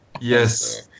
Yes